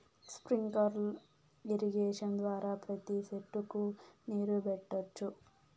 sprinkler irrigation ద్వారా ప్రతి సెట్టుకు నీరు పెట్టొచ్చు